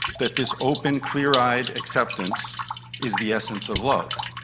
that this open, clear-eyed acceptance is the essence of love.